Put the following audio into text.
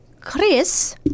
Chris